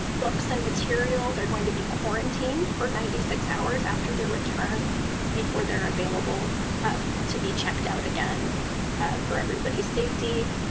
books and materials are going to be quarantined for ninety six hours after they're returned before they're available to be checked out again for everybody's safety.